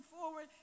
forward